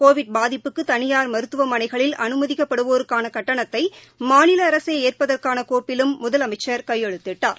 Covid மருத்துவமனைகளில் அனுமதிக்கப்படுவோருக்கான கட்டணத்தை மாநில அரசே ஏற்பதற்கான கோப்பிலும் முதலமைச்சர் கையெழுத்திட்டார்